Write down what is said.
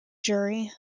jury